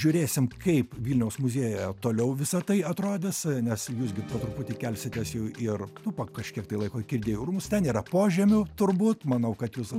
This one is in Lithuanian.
žiūrėsim kaip vilniaus muziejuje toliau visa tai atrodys nes jūs gi po truputį kelsitės jau ir po kažkiek tai laiko girdėjau į rūmus ten yra požemių turbūt manau kad jūs